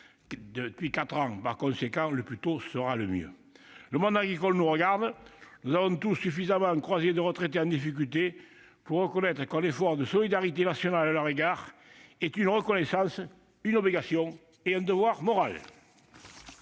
déposée en 2016 ? Le plus tôt sera donc le mieux ! Le monde agricole nous regarde. Nous avons tous suffisamment croisé de retraités en difficulté pour savoir qu'un effort de solidarité nationale à leur égard est une reconnaissance, une obligation et un devoir moral.